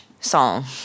song